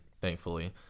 thankfully